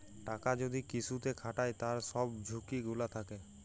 টাকা যদি কিসুতে খাটায় তার সব ঝুকি গুলা থাক্যে